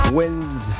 wins